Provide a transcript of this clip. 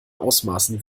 ausmaßen